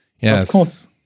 Yes